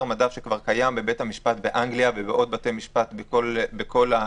מדף שכבר קיים בבית המשפט באנגליה ועוד בתי משפט בכל העולם.